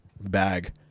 bag